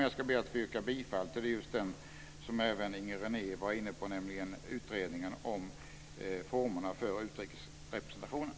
Jag ska be att få yrka bifall till den som även Inger René var inne på, nämligen den om en utredning av formerna för utrikesrepresentationen.